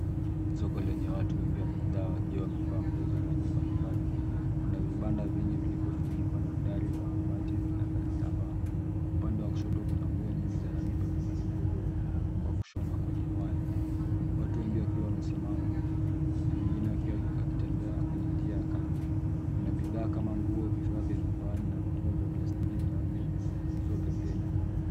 Soko lenye watu wengi wamejaa wakiwa wamevaa nguo za rangi mbalimbali. Kuna vibanda vingi vilivyofunikwa na dari za mabati na za kitambaa. Upande wa kushoto kuna nguo nyingi za rangi mbalimbali zilizoweza kwa kushona kwenye waya. Watu wengi wakiwa wamesimama, na wengine akitembea kwenye njia ya kazi. Kuna bidhaa kama nguo, vifaa vya nyumbani na vyombo vya plastiki vinavyouzwa pembeni.